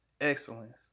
excellence